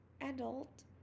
adult